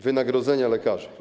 Wynagrodzenia lekarzy.